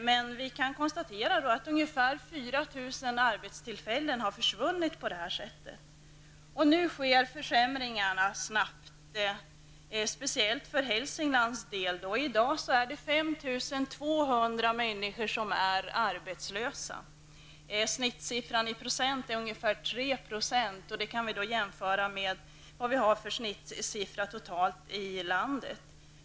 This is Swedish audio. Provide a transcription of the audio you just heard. Men vi kan konstatera att ungefär 4 000 arbetstillfällen samtidigt försvunnit. Nu sker försämringarna snabbt, speciellt för Hälsinglands del. I dag är 5 200 människor där arbetslösa. Genomsnittssiffran i procent är ungefär 3 %. Det kan vi jämföra med genomsnittet totalt för landet.